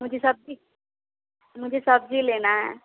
मुझे सब्ज़ी मुझे सब्ज़ी लेना है